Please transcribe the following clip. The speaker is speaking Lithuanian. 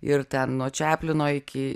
ir ten nuo čeplino iki